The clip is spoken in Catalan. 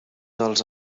dels